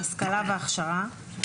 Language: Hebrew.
השכלה והכשרה,